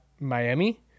Miami